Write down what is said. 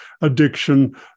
addiction